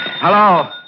Hello